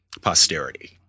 posterity